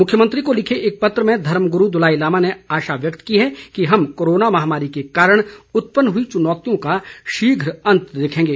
मुख्यमंत्री को लिखे एक पत्र में धर्मगुरू दलाई लामा ने आशा व्यक्त की है कि हम कोरोना महामारी के कारण उत्पन्न हुई चुनौतियों का शीघ्र अंत देखेंगे